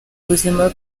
buzima